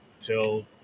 till